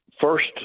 first